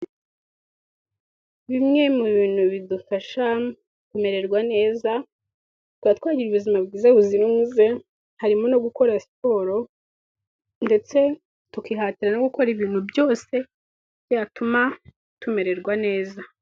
Bimwe mu bintu bidufasha kumererwa neza tukaba twangize ubuzima bwiza buzira umuze harimo no gukora siporo ndetse tukihatira no gukora ibintu byose byatuma tumererwa neza.